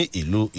ilu